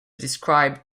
describe